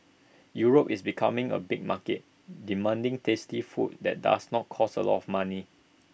Europe is becoming A big market demanding tasty food that does not cost A lot of money